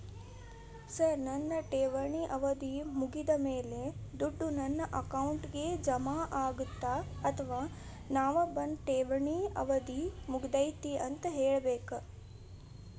Sir ನನ್ನ ಠೇವಣಿ ಅವಧಿ ಮುಗಿದಮೇಲೆ, ದುಡ್ಡು ನನ್ನ ಅಕೌಂಟ್ಗೆ ಜಮಾ ಆಗುತ್ತ ಅಥವಾ ನಾವ್ ಬಂದು ಠೇವಣಿ ಅವಧಿ ಮುಗದೈತಿ ಅಂತ ಹೇಳಬೇಕ?